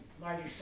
larger